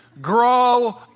grow